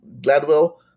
Gladwell